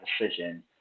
decision